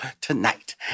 tonight